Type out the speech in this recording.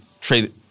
trade